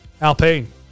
Alpine